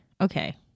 okay